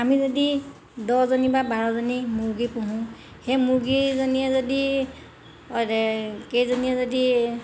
আমি যদি দহজনী বা বাৰজনী মুৰ্গী পুহোঁ সেই মুৰ্গীজনীয়ে কেইজনীয়ে যদি